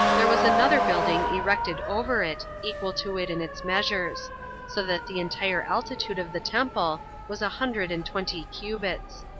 there was another building erected over it, equal to it in its measures so that the entire altitude of the temple was a hundred and twenty cubits.